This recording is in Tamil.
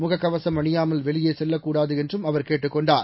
முக கவசம் அணியாமல் வெளியே செல்லக்கூடாது என்றும் அவர் கேட்டுக் கொண்டார்